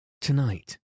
Tonight